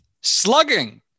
Slugging